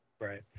Right